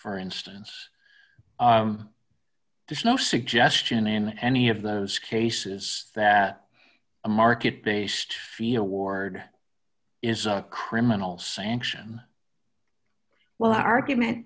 for instance there's no suggestion in any of those cases that a market based feel ward is a criminal sanction well argument